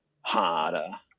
harder